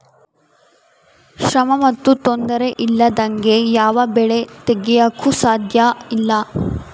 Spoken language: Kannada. ಶ್ರಮ ಮತ್ತು ತೊಂದರೆ ಇಲ್ಲದಂಗೆ ಯಾವ ಬೆಳೆ ತೆಗೆಯಾಕೂ ಸಾಧ್ಯಇಲ್ಲ